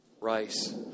rice